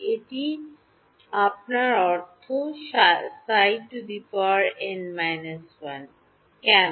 এটি আপনার অর্থ কেন